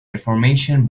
information